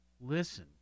listen